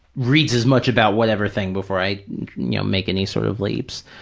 reads as much about whatever thing before i you know make any sort of leaps.